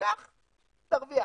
כך נרוויח.